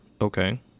Okay